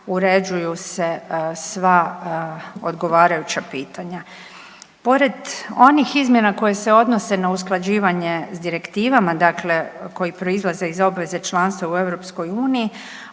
uređuju se sva odgovarajuća pitanja. Pored onih izmjena koje se odnose na usklađivanje s direktivama, dakle koji proizlaze iz obveze članstva u EU